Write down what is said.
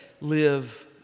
live